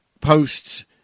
posts